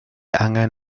angen